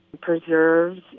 preserves